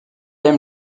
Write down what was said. aime